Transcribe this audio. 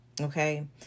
Okay